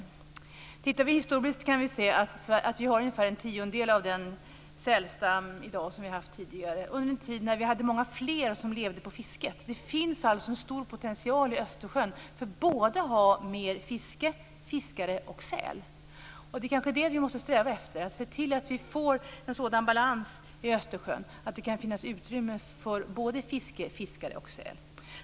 Om vi tittar historiskt kan se att vi i dag har ungefär en tiondel av den sälstam som vi hade tidigare när många fler levde på fisket. Det finns alltså en stor potential i Östersjön för att ha mer fiske, fler fiskare och fler sälar. Det är kanske det vi måste sträva efter och se till att vi får en sådan balans i Östersjön att det kan finnas utrymme för fiske, fiskare och säl.